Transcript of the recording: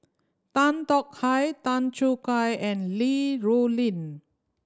Tan Tong Hye Tan Choo Kai and Li Rulin